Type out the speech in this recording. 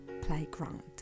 playground